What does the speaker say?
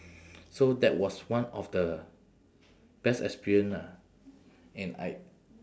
so that was one of the best experience ah and I